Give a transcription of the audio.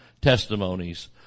testimonies